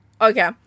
okay